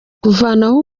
kuvanaho